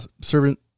servant